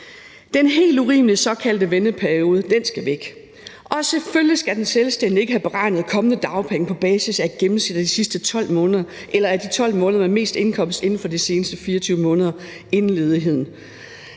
Den helt urimelige såkaldte venteperiode skal væk, og selvfølgelig skal den selvstændige ikke have beregnet kommende dagpenge på basis af et gennemsnit af de sidste 12 måneder med mest indkomst inden for de seneste 24 måneder inden ledigheden.